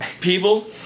People